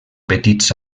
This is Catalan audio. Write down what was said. petits